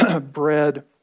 bread